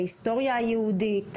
ההיסטוריה היהודית,